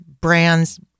brands